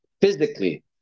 physically